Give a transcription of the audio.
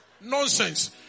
Nonsense